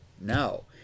No